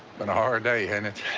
been a hard day, hasn't it?